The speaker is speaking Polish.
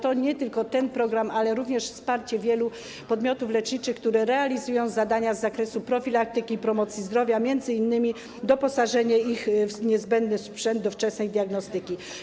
To nie tylko ten program, ale również wsparcie wielu podmiotów leczniczych, które realizują zadania z zakresu profilaktyki i promocji zdrowia, m.in. doposażenie ich w niezbędny sprzęt do wczesnej diagnostyki.